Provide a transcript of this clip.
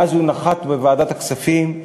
ואז הוא נחת בוועדת הכספים,